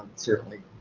certainly.